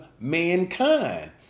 mankind